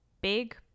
big